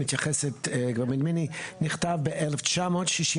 שמתייחסת אליו גברת בנימין נכתב ב-1963.